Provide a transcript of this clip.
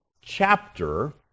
chapter